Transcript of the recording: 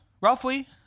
roughly